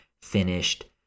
finished